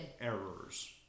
errors